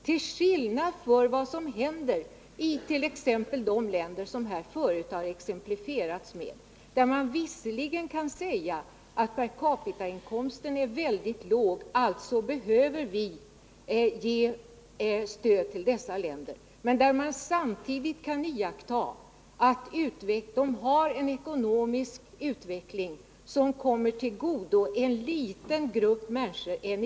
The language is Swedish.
Det finns länder — en del av dem har nämnts som exempel — där percapitainkomsten visserligen är oerhört låg och som av det skälet bör ha stöd men där man samtidigt kan registrera en ekonomisk utveckling som kommer endast en liten grupp, en elit, till godo.